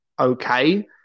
okay